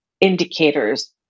indicators